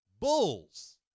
Bulls